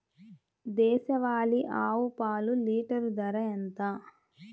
దేశవాలీ ఆవు పాలు లీటరు ధర ఎంత?